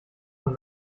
von